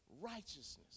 righteousness